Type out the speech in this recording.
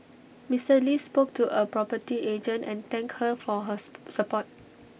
Mister lee spoke to A property agent and thank her for hers support